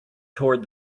toward